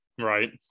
Right